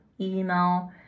email